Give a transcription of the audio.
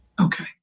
Okay